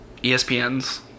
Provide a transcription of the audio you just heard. espn's